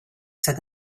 said